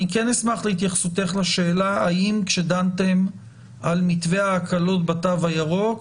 אשמח להתייחסותך לשאלה האם כשדנתם על מתווה ההקלות בתו הירוק,